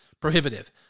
Prohibitive